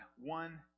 one